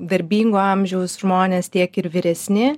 darbingo amžiaus žmonės tiek ir vyresni